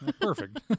Perfect